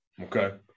Okay